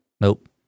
Nope